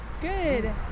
Good